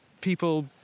people